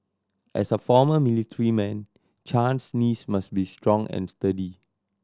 as a former military man Chan's knees must be strong and sturdy